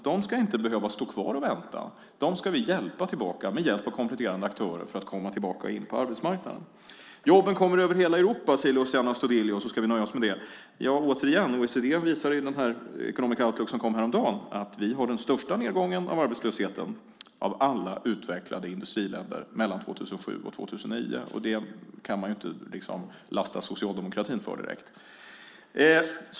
De ska inte behöva stå kvar och vänta, utan dessa ska vi, med hjälp av kompletterande aktörer, hjälpa så att de kan komma tillbaka till arbetsmarknaden. Jobben kommer över hela Europa, säger Luciano Astudillo. Med det ska vi nöja oss. Ja, återigen: I OECD:s Economic Outlook som kom häromdagen visar man att Sverige jämfört med alla utvecklade industriländer har den största nedgången av arbetslösheten under åren 2007-2009. Det kan man inte direkt liksom lasta socialdemokratin för.